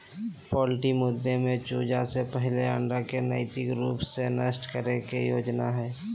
poultry मुद्दे में चूजा से पहले अंडा के नैतिक रूप से नष्ट करे के योजना हइ